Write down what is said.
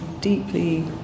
deeply